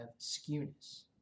skewness